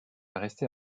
rester